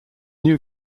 new